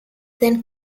then